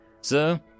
Sir